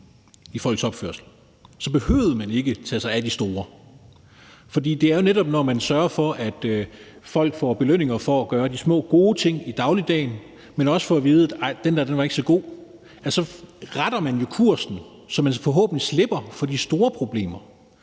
i folks opførsel, behøvede man ikke at tage sig af de store. For når man sørger for, at folk får belønninger for at gøre de små gode ting i dagligdagen, men at de også får at vide, når der er noget, der ikke er så godt, så retter man jo kursen, sådan at man så forhåbentlig slipper for de store problemer.